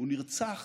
הוא נרצח